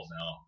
now